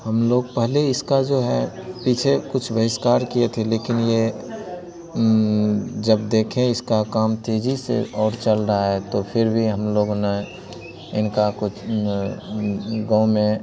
हम लोग पहले इसका जो है पीछे कुछ बहिष्कार किए थे लेकिन यह जब देखे इसका काम तेज़ी से और चल रहा है तो फिर भी हम लोगों ने इनका कुछ न गाँव में